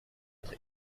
être